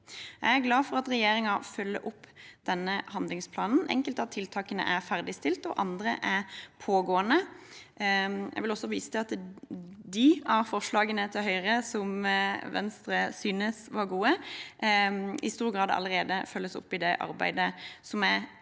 Jeg er glad for at regjeringen følger opp denne handlingsplanen. Enkelte av tiltakene er ferdigstilt, og andre er pågående. Jeg vil også vise til at de av forslagene til Høyre som Venstre synes var gode, i stor grad allerede følges opp i det arbeidet som er igangsatt.